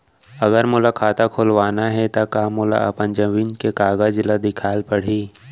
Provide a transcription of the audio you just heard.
अगर मोला खाता खुलवाना हे त का मोला अपन जमीन के कागज ला दिखएल पढही?